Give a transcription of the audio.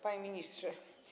Panie Ministrze!